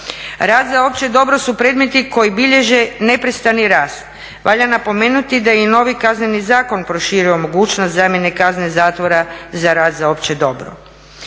Rad za opće dobro su predmeti koji bilježe neprestani rast. Valja napomenuti da je i novi Kazneni zakon proširio mogućnost zamjene kazne zatvora za rad za opće dobro.